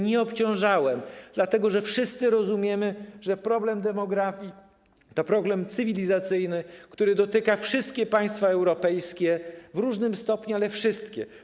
Nie obciążałem, dlatego że wszyscy rozumiemy, że problem demografii to problem cywilizacyjny, który dotyka wszystkie państwa europejskie - w różnym stopniu, ale wszystkie.